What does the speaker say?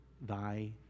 thy